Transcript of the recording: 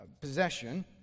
possession